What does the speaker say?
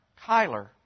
Kyler